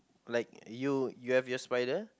like you you have your spider